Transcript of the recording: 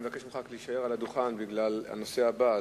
אני מבקש ממך להישאר על הדוכן בגלל הנושא הבא.